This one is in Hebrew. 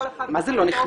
כל אחד --- מה זה לא נכנסת?